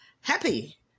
Happy